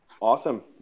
Awesome